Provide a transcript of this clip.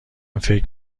فکر